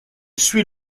suit